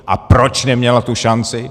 A proč neměla tu šanci?